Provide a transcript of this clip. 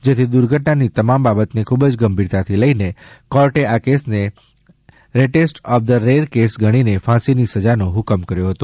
જેથી દુર્ધટનાની તમામ બાબતોને ખૂબ ગંભીરતાથી લઈને કોર્ટે આ કેસને rarest of the rare case ગણીને ફાંસીની સજાનો હુકમ કર્યો હતો